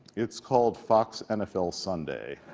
it's called fox nfl sunday.